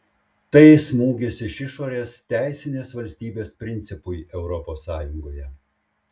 tai smūgis iš išorės teisinės valstybės principui europos sąjungoje